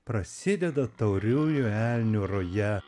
prasideda tauriųjų elnių ruja